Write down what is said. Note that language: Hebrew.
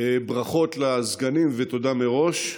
ברכות לסגנים, ותודה מראש.